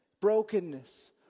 brokenness